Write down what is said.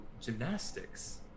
gymnastics